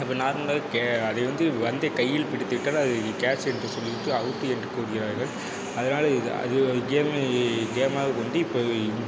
அப்போ நார்மலாகவே அதிலிருந்து வந்து கையில் பிடித்துவிட்டால் அதை கேட்ச் என்று சொல்லிவிட்டு அவுட்டு என்று கூறுகிறார்கள் அதனால் இது அது ஒரு கேமை கேமாக கொண்டு இப்போ